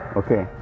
okay